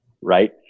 right